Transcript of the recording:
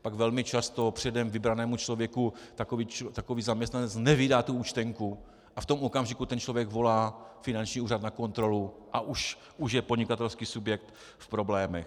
Pak velmi často předem vybranému člověku takový zaměstnanec nevydá účtenku a v tom okamžiku člověk volá finanční úřad na kontrolu a už je podnikatelský subjekt v problémech.